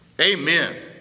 Amen